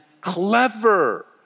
clever